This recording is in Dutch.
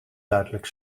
duidelijk